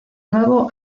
nuevo